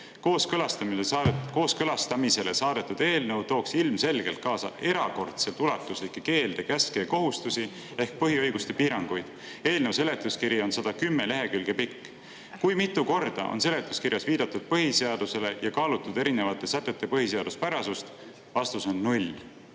Kooskõlastamisele saadetud eelnõu tooks ilmselgelt kaasa erakordselt ulatuslike keelde, käske ja kohustusi ehk põhiõiguste piiranguid. Eelnõu seletuskiri on 110 lehekülge pikk. Kui mitu korda on seletuskirjas viidatud põhiseadusele ja kaalutud erinevate sätete põhiseaduspärasust? Vastus on